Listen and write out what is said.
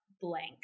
blank